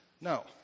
No